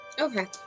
Okay